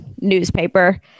newspaper